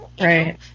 Right